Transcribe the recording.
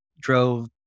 drove